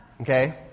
Okay